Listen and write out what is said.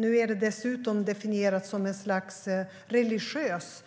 Nu är det dessutom definierat som ett slags religiös